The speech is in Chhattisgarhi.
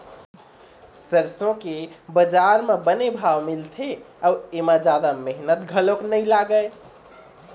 सरसो के बजार म बने भाव मिलथे अउ एमा जादा मेहनत घलोक नइ लागय